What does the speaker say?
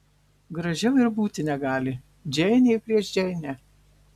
gražiau ir būti negali džeinė prieš džeinę